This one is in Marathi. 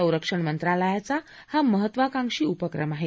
संरक्षण मंत्रालयाचा हा महत्वाकांक्षी उपक्रम आहे